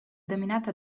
dominata